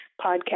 Podcast